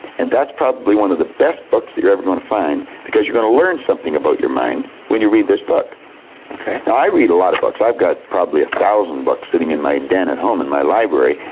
and that's probably one of the best books that you're ever going to find, because you're going to learn something about your mind, when you read this book. now i read a lot of books i've got probably one thousand books sitting in my den at home, in my library,